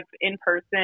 in-person